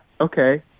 Okay